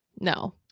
No